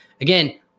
Again